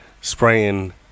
Spraying